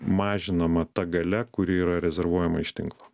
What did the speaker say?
mažinama ta galia kuri yra rezervuojama iš tinklo